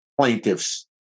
plaintiffs